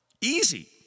Easy